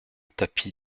tapis